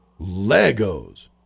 Legos